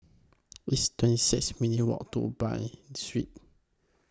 It's twenty six minutes' Walk to Bain Street